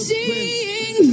Seeing